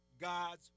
God's